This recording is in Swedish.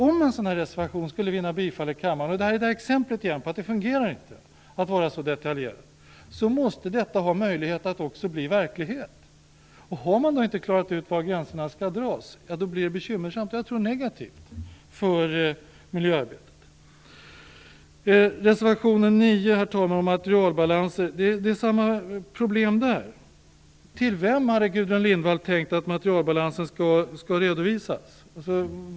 Om en sådan reservation skulle vinna bifall i kammaren - och här är återigen ett exempel på att det inte fungerar att vara så detaljerad - måste den ha möjlighet att också bli verklighet. Har man inte klarat ut var gränserna skall dras blir det bekymmersamt, och jag tror att det blir negativt, för miljöarbetet. Herr talman! Reservation 9 handlar om materialbalanser. Det är samma sak där. Till vem hade Gudrun Lindvall tänkt att materialbalanser skall redovisas?